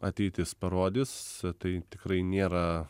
ateitis parodys tai tikrai nėra